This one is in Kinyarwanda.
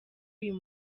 uyu